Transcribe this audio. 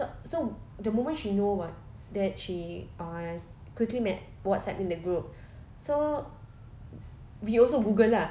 so so the moment she know what that she uh quickly met WhatsApp in the group so we also Google lah